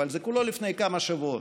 אבל זה כולו לפני כמה שבועות.